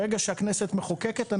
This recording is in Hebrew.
ברגע שהכנסת מחוקקת,